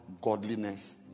godliness